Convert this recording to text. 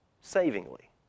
savingly